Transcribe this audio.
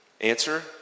answer